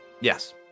Yes